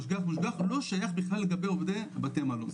משגיח מושגח, לא שייך בכלל לגבי עובדי בתי מלון.